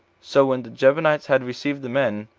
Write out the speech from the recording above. so when the gibeonites had received the men,